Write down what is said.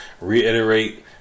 reiterate